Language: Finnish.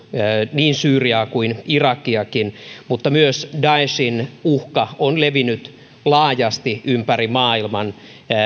niin syyriaa kuin irakiakin mutta daeshin uhka on levinnyt myös laajasti ympäri maailman